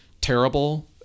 terrible